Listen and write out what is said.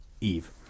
Eve